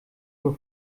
nur